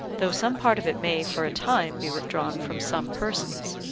though some part of it may for a time be withdrawn from some persons,